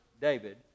David